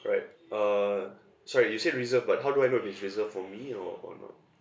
alright uh sorry you said reserve but how do I know if it's reserved for me or or not